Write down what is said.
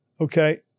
okay